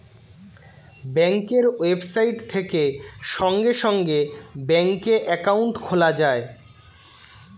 ব্যাঙ্কের ওয়েবসাইট থেকে সঙ্গে সঙ্গে ব্যাঙ্কে অ্যাকাউন্ট খোলা যায়